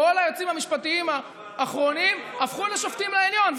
כל היועצים המשפטיים האחרונים הפכו לשופטים בעליון,